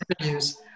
interviews